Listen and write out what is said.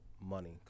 money